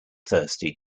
thirsty